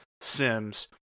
Sims